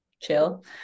chill